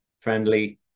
friendly